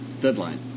Deadline